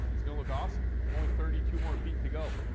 it's gonna look awesome. only thirty two more feet to go.